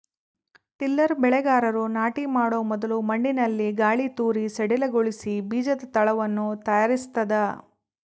tiller ಬೆಳೆಗಾರರು ನಾಟಿ ಮಾಡೊ ಮೊದಲು ಮಣ್ಣಿನಲ್ಲಿ ಗಾಳಿತೂರಿ ಸಡಿಲಗೊಳಿಸಿ ಬೀಜದ ತಳವನ್ನು ತಯಾರಿಸ್ತದ